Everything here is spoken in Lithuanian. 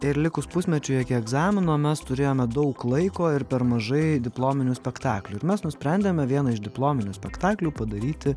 ir likus pusmečiui iki egzamino mes turėjome daug laiko ir per mažai diplominių spektaklių ir mes nusprendėme vieną iš diplominių spektaklių padaryti